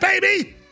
baby